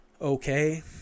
okay